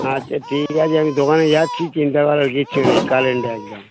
আচ্ছা ঠিক আছে আমি দোকানে যাচ্ছি চিন্তা করার কিচ্ছু নেই কারেন্ট একদম